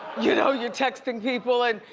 you know, you're texting people and,